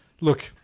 Look